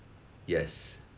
yes